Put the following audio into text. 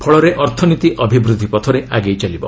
ଫଳରେ ଅର୍ଥନୀତି ଅଭିବୃଦ୍ଧି ପଥରେ ଆଗେଇ ଚାଲିବ